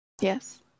yes